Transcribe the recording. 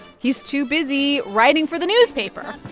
he's too busy writing for the newspaper